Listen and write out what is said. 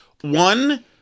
one